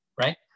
right